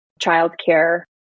childcare